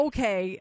Okay